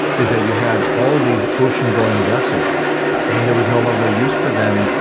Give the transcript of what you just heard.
is that you had all of these ocean going vessels and there was no longer use for them.